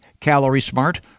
calorie-smart